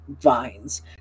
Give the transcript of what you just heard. vines